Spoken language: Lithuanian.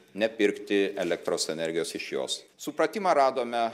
nepirkti elektros energijos iš jos supratimą radome